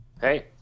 Hey